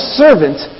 servant